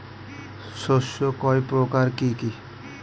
শস্য কয় প্রকার কি কি?